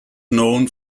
known